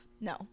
no